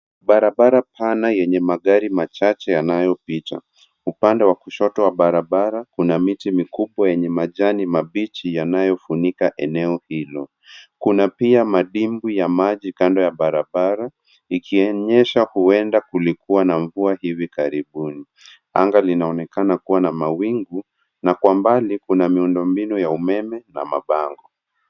Barabara pana yenye magari machache yanayoficha. Upande wa kushoto wa barabara, kuna miti mikubwa yenye majani mabichi yanayofunika eneo hilo. Kuna pia madimbwi ya maji kando ya barabara, ikionyesha huenda kulikuwa na mvua hivi karibuni. Anga linaonekana kuwa na mawingu, na kwa mbali kuna miundombinu ya umeme na mabango.